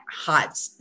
hot